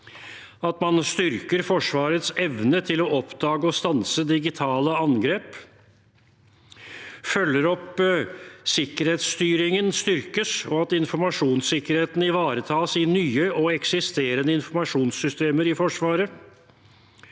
– styrker Forsvarets evne til å oppdage og stanse digitale angrep – følger opp at sikkerhetsstyringen styrkes, og at informasjonssikkerheten ivaretas i nye og eksisterende informasjonssystemer i Forsvaret